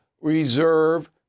reserve